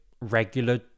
regular